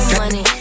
money